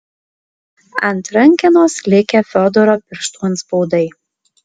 ant rankenos likę fiodoro pirštų atspaudai